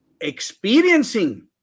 Experiencing